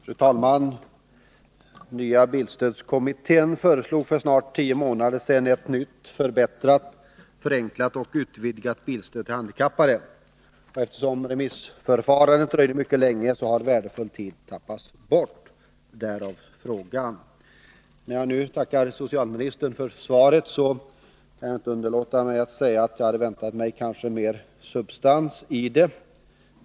Fru talman! Nya bilstödskommittén förslog för snart tio månader sedan ett nytt — förbättrat, förenklat och utvidgat — bilstöd till handikappade. Eftersom remissförfarandet dröjde mycket länge har värdefull tid gått förlorad — därav frågan. När jag nu tackar socialministern för svaret kan jag inte underlåta att säga att jag hade väntat mig mer substans i det.